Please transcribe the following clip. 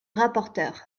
rapporteur